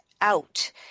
out